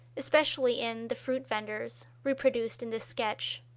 especially in the fruit venders, reproduced in this sketch.